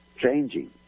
changing